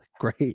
Great